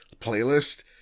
playlist